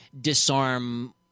disarm